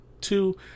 two